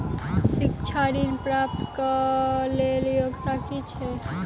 शिक्षा ऋण प्राप्त करऽ कऽ लेल योग्यता की छई?